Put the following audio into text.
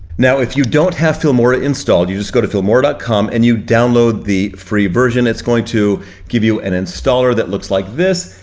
now if you don't have filmora installed, you just go to filmora dot com and you download the free version. it's going to give you an installer that looks like this,